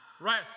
Right